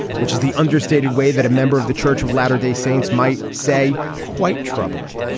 which is the understated way that a member of the church of latter day saints might say quite troubling.